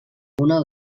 una